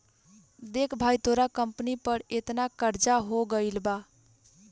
देख भाई तोरा कंपनी पर एतना कर्जा हो गइल बा